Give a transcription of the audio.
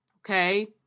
Okay